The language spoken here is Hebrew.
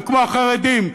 וכמו החרדים,